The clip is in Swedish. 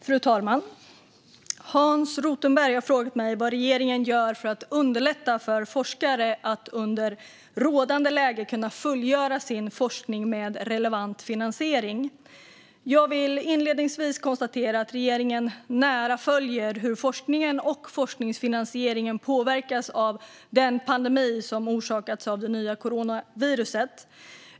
Fru talman! har frågat mig vad regeringen gör för att underlätta för forskare att under rådande läge kunna fullgöra sin forskning med relevant finansiering. Jag vill inledningsvis konstatera att regeringen nära följer hur forskningen och forskningsfinansieringen påverkas av den pandemi som orsakats av det nya coronaviruset.